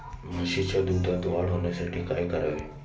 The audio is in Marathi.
म्हशीच्या दुधात वाढ होण्यासाठी काय करावे?